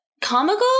comical